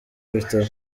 bitaro